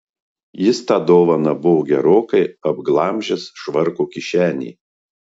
jis tą dovaną buvo gerokai apglamžęs švarko kišenėj